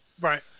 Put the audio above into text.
Right